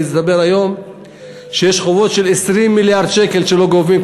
מסתבר היום שיש חובות של 20 מיליארד שקל שלא גובים,